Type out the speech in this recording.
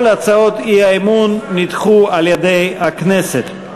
כל הצעות האי-אמון נדחו על-ידי הכנסת.